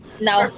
No